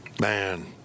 Man